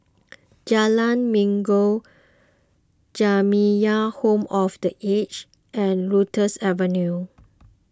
Jalan Minggu Jamiyah Home for the Aged and Lotus Avenue